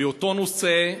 באותו נושא,